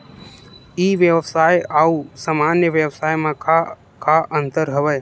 ई व्यवसाय आऊ सामान्य व्यवसाय म का का अंतर हवय?